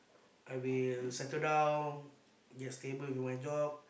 I will settle down get stable with my job